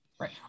Right